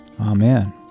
Amen